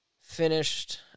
finished